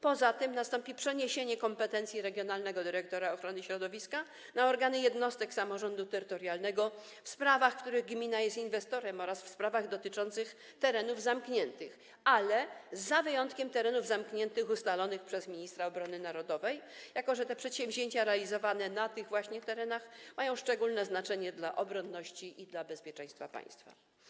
Poza tym nastąpi przeniesienie kompetencji regionalnego dyrektora ochrony środowiska na organy jednostek samorządu terytorialnego w sprawach, w których gmina jest inwestorem, oraz w sprawach dotyczących terenów zamkniętych, ale z wyjątkiem terenów zamkniętych ustalonych przez ministra obrony narodowej, jako że przedsięwzięcia realizowane na tych właśnie terenach mają szczególne znaczenie dla obronności i dla bezpieczeństwa państwa.